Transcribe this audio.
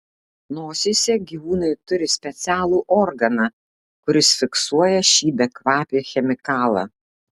nosyse gyvūnai turi specialų organą kuris fiksuoja šį bekvapį chemikalą